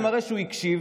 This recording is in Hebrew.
זה מראה שהוא הקשיב,